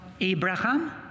Abraham